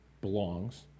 belongs